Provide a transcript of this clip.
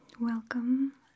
Welcome